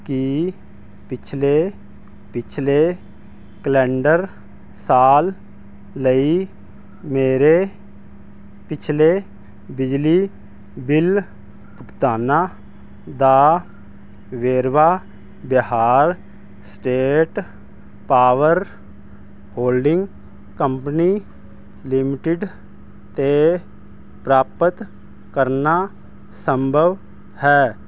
ਕੀ ਪਿਛਲੇ ਪਿਛਲੇ ਕੈਲੰਡਰ ਸਾਲ ਲਈ ਮੇਰੇ ਪਿਛਲੇ ਬਿਜਲੀ ਬਿੱਲ ਭੁਗਤਾਨਾਂ ਦਾ ਵੇਰਵਾ Bihar state power holding company limited 'ਤੇ ਪ੍ਰਾਪਤ ਕਰਨਾ ਸੰਭਵ ਹੈ